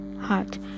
heart